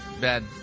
bad